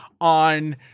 on